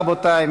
רבותי.